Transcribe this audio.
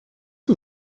que